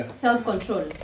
Self-control